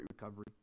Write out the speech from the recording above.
recovery